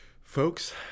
folks